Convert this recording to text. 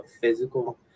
physical